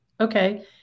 Okay